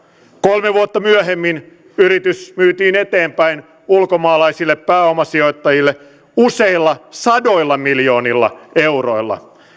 kolme vuotta myöhemmin yritys myytiin eteenpäin ulkomaalaisille pääomasijoittajille useilla sadoilla miljoonilla euroilla